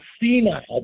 senile